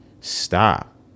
stop